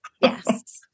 Yes